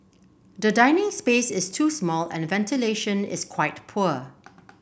the dining space is too small and ventilation is quite poor